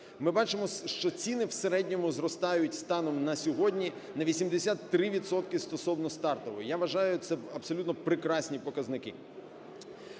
Ми бачимо, що ціни в середньому зростають: станом на сьогодні на 83 відсотки стосовно стартової. Я вважаю, це абсолютно прекрасні показники.